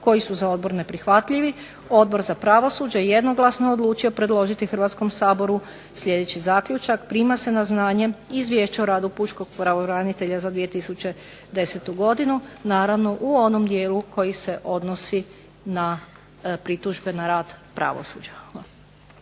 koji su za odbor neprihvatljivi. Odbor za pravosuđe jednoglasno je odlučio predložiti Hrvatskom saboru sljedeći zaključak, prima se na znanje izvješće o radu pučkog pravobranitelja za 2010. godinu naravno u onom dijelu koji se odnosi na pritužbe na rad pravosuđa.